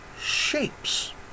shapes